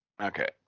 Okay